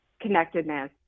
connectedness